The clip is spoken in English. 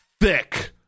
thick